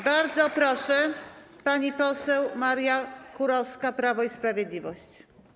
Bardzo proszę, pani poseł Maria Kurowska, Prawo i Sprawiedliwość.